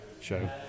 show